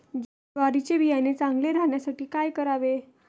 ज्वारीचे बियाणे चांगले राहण्यासाठी काय करावे?